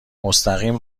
مستقیم